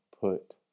put